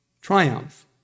triumph